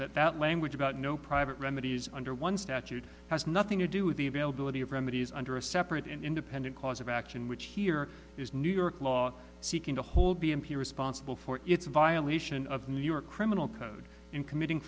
that that language about no private remedies under one statute has nothing to do with the availability of remedies under a separate and independent cause of action which here is new york law seeking to hold b m p responsible for its violation of the new york criminal code in committing